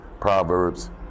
Proverbs